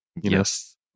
Yes